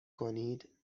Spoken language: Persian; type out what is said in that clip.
کنید